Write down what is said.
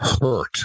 hurt